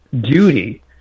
duty